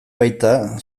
baita